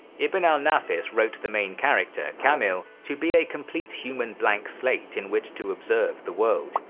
ibn al-nafis wrote the main character kamil to be a complete human blank slate in which to observe the world.